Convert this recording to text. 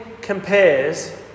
compares